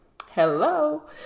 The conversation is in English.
Hello